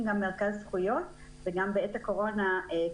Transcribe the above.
גם מרכז זכויות וגם קו חירום בעת הקורונה.